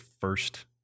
first